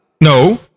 no